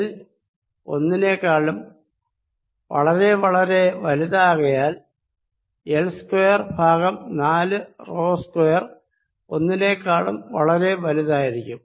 L ഒന്നിനേക്കാളും വളരെ വളരെ വലുതാകയാൽ L സ്ക്വയർ ഭാഗം നാലു റോ സ്ക്വയർ ഒന്നിനേക്കാളും വളരെ വലുതായിരിക്കും